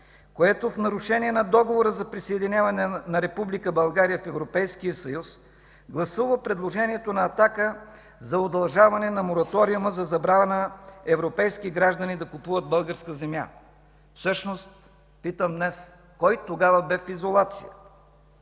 което в нарушение на Договора за присъединяване на Република България в Европейския съюз гласува предложението на „Атака” за удължаване на Мораториума за забрана европейски граждани да купуват българска земя. Всъщност питам днес: кой тогава бе в изолация?